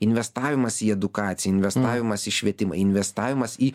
investavimas į edukaciją investavimas į švietimą investavimas į